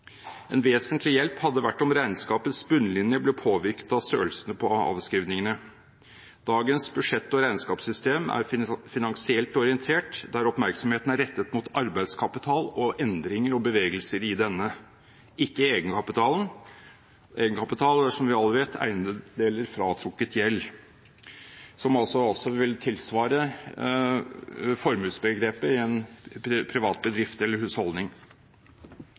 En vesentlig hjelp hadde vært om regnskapets bunnlinje ble påvirket av størrelsen på avskrivningene. Dagens budsjett- og regnskapssystem er finansielt orientert, der oppmerksomheten er rettet mot arbeidskapital og endringer og bevegelser i denne – ikke egenkapitalen. Egenkapitalen er, som vi alle vet, eiendeler fratrukket gjeld, som vil tilsvare formuesbegrepet i en privat bedrift eller husholdning.